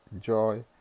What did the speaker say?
joy